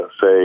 say